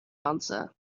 answer